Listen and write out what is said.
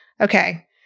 okay